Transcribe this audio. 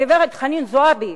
גברת חנין זועבי,